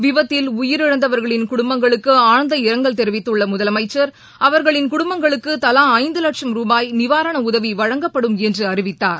விபத்தில் உயிரிழந்தவர்ககளின் குடும்பங்களுக்கு ஆழ்ந்த இரங்கல் தெரிவித்துள்ள முதலமைச்சர் அவர்களின் குடும்பங்களுக்கு தலா ஐந்து வட்சும் ரூபாய் நிவாரண உதவி வழங்கப்படும் என்று அறிவித்தார்